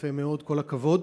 יפה מאוד, כל הכבוד.